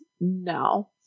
No